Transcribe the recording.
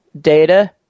Data